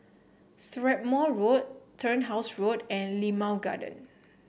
Strathmore Road Turnhouse Road and Limau Garden